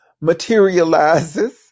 materializes